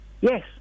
Yes